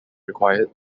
required